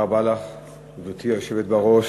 גברתי היושבת בראש,